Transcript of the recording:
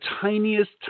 tiniest